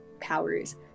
powers